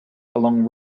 along